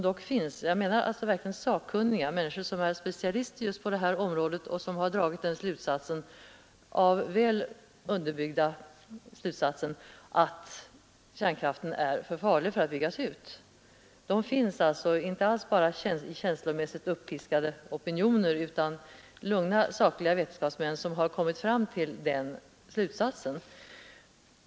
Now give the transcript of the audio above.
Och jag menar verkligen sakkunniga, människor som är specialister på detta område och som dragit den väl underbyggda slutsatsen att kärnkraften är för farlig för att byggas ut. Den slutsatsen finns alltså inte alls bara i känslomässigt uppiskade opinioner utan även bland lugna, sakliga vetenskapsmän.